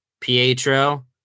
pietro